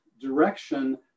direction